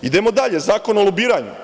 Idemo dalje - Zakon o lobiranju.